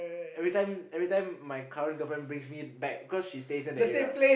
everytime everytime my current girlfriend brings me back because she stays near the area